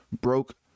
broke